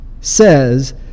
says